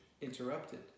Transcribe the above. interrupted